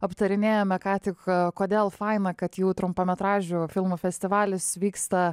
aptarinėjame ką tik kodėl faina kad jų trumpametražių filmų festivalis vyksta